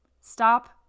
Stop